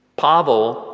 Pavel